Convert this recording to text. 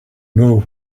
know